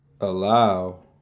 Allow